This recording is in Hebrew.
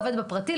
עובד בפרטי,